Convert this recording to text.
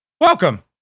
Welcome